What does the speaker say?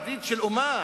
עתיד של אומה,